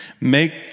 Make